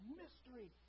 mystery